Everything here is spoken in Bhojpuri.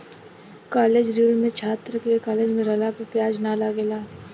कॉलेज ऋण में छात्र के कॉलेज में रहला पर ब्याज ना लागेला